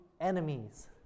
Enemies